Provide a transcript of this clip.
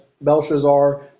Belshazzar